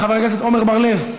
חבר הכנסת עמר בר-לב,